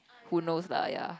who knows lah ya